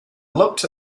looked